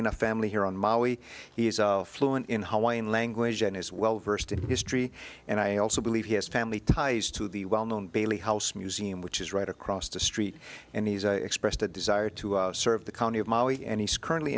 in a family here on mali he is fluent in hawaiian language and is well versed in history and i also believe his family ties to the well known bailey house museum which is right across the street and he expressed a desire to serve the county of mali and he's currently